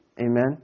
Amen